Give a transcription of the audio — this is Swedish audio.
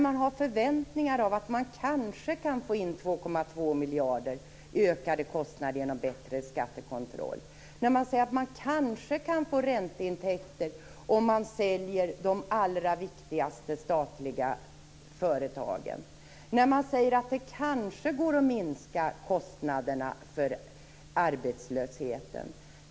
Man har förväntningar på att kanske få in 2,2 miljarder i ökade kostnader genom bättre skattekontroll. Man säger att man kanske kan få ränteintäkter om man säljer de allra viktigaste statliga företagen. Man säger att det kanske går att minska kostnaderna för arbetslösheten.